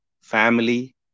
family